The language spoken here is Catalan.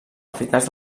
eficaç